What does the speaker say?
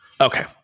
Okay